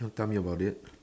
you want tell me about it